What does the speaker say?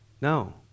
No